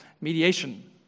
mediation